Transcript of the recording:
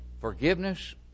forgiveness